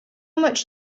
much